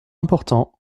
important